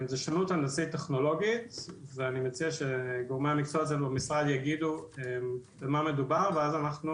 אני מציע שגורמי המקצוע אצלנו במשרד יגידו במה מדובר ואם זה